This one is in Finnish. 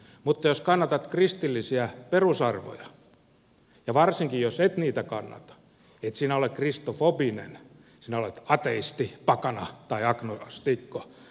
mutta jos kannatat kristillisiä perusarvoja ja varsinkin jos et niitä kannata et sinä ole kristofobinen sinä olet ateisti pakana tai agnostikko